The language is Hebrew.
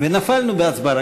ונפלנו בהצבעה,